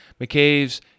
McCabe's